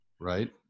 Right